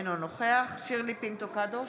אינו נוכח שירלי פינטו קדוש,